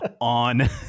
On